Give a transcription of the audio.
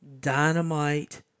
Dynamite